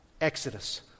Exodus